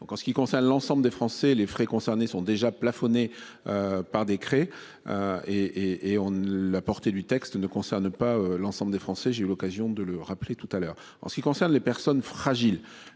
en ce qui concerne l'ensemble des Français les frais concernés sont déjà plafonné. Par décret. Et et et on la portée du texte ne concerne pas l'ensemble des Français. J'ai eu l'occasion de le rappeler tout à l'heure en ce qui concerne les personnes fragiles.